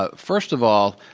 ah first of all,